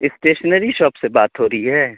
stationery shop سے بات ہو رہی ہے